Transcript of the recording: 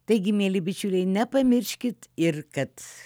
taigi mieli bičiuliai nepamirškit ir kad